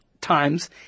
times